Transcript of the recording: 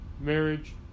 marriage